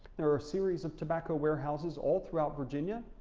there are a series of tobacco warehouses all throughout virginia,